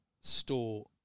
store